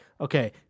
okay